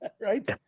right